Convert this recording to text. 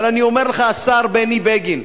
אבל אני אומר לך, השר בני בגין,